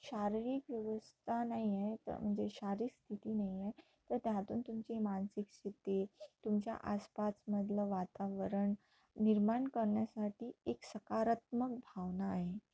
शारीरिक व्यवस्था नाही आहे तर म्हणजे शारीरिक स्थिती नाही आहे तर त्यातून तुमची मानसिक स्थिती तुमच्या आसपासमधलं वातावरण निर्माण करण्यासाठी एक सकारात्मक भावना आहे